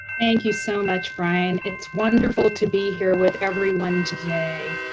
thank you so much, brian. it's wonderful to be here with everyone today.